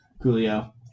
Julio